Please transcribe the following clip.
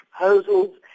proposals